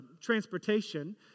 transportation